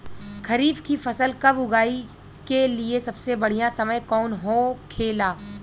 खरीफ की फसल कब उगाई के लिए सबसे बढ़ियां समय कौन हो खेला?